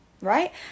right